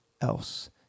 else